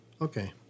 Okay